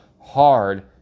hard